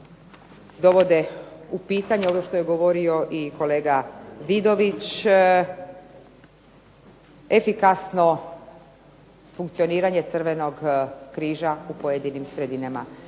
dovode u pitanje ono što je govorio i kolega Vidović, efikasno funkcioniranje Crvenog križa u pojedinim sredinama.